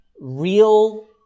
real